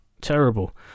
terrible